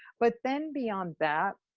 but then beyond that,